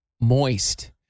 moist